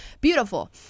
Beautiful